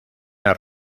las